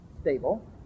stable